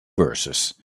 verses